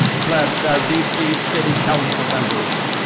bless our dc city councilmembers,